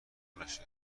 نشه